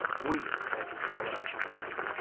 we may control our genes.